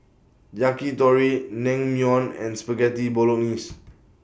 Yakitori Naengmyeon and Spaghetti Bolognese